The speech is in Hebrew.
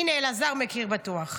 הינה, אלעזר בטוח מכיר.